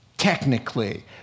Technically